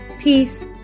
peace